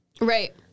Right